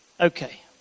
okay